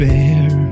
Bear